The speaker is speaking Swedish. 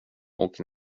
och